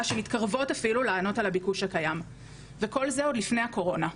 שמתקרבות אפילו לענות על הביקוש הקיים וכל זה עוד לפני הקורונה.